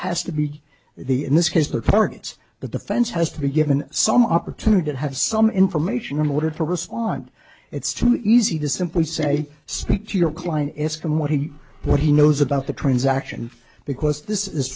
has to be the in this case their targets but the fence has to be given some opportunity to have some information in order to respond it's too easy to simply say stick to your client ask him what he what he knows about the transaction because this is